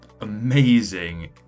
amazing